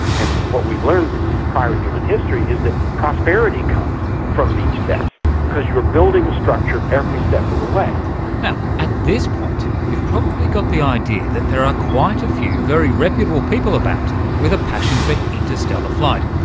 and what we've learned from prior human history is that prosperity comes from these steps because you are building a structure every step of the way. now, at this point you've probably got the idea that there are quite a few very reputable people about with a passion for interstellar flight,